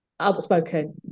outspoken